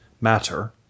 matter